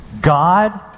God